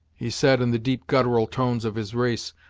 he said, in the deep guttural tones of his race,